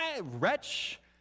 Wretch